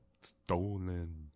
stolen